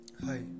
Hi